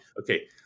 Okay